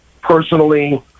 personally